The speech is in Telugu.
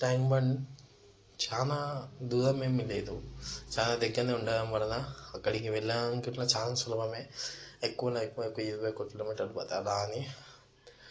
ట్యాంక్ బండ్ చాలా దూరం ఏమీ లేదు చాలా దగ్గరనే ఉండడం వలన అక్కడికి వెళ్ళడానికి చాలా సులభమే ఎక్కువలో ఎక్కువ